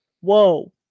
Whoa